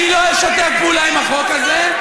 שאני לא אשתף פעולה עם החוק הזה,